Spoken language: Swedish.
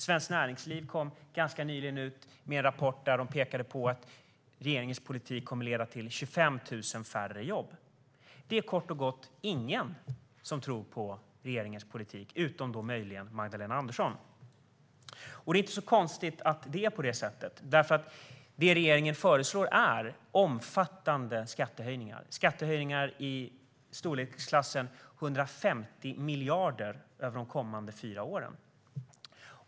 Svenskt Näringsliv kom ganska nyligen med en rapport där de pekade på att regeringens politik kommer att leda till 25 000 färre jobb. Det är kort och gott ingen som tror på regeringens politik, utom då möjligen Magdalena Andersson. Det är inte så konstigt att det är på det sättet. Det regeringen föreslår är ju omfattande skattehöjningar i storleksordningen 150 miljarder över de kommande fyra åren.